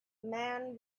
man